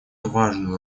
важную